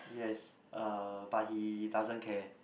yes uh but he doesn't care